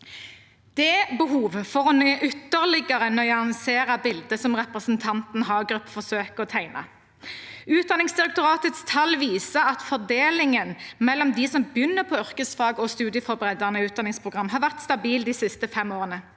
er behov for å ytterligere nyansere bildet som representanten Hagerup forsøker å tegne. Utdanningsdirektoratets tall viser at fordelingen mellom dem som begynner på yrkesfag og studieforberedende utdanningsprogram, har vært stabil de siste fem årene.